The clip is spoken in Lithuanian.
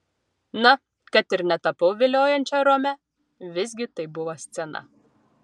na kad ir netapau viliojančia rome visgi tai buvo scena